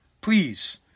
Please